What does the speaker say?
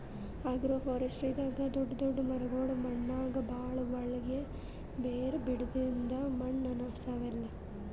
ಅಗ್ರೋಫಾರೆಸ್ಟ್ರಿದಾಗ್ ದೊಡ್ಡ್ ದೊಡ್ಡ್ ಮರಗೊಳ್ ಮಣ್ಣಾಗ್ ಭಾಳ್ ಒಳ್ಗ್ ಬೇರ್ ಬಿಡದ್ರಿಂದ್ ಮಣ್ಣ್ ಸವೆಲ್ಲಾ